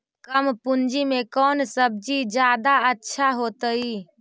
कम पूंजी में कौन सब्ज़ी जादा अच्छा होतई?